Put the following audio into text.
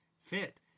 fit